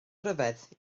ryfedd